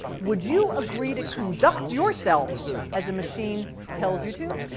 would you agree to conduct yourself as a machine tells you to?